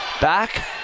Back